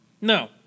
No